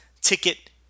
ticket